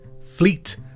Fleet